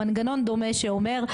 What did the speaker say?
מנגנון דומה שאומר,